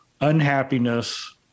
unhappiness